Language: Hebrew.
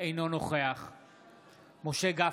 אינו נוכח משה גפני,